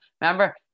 Remember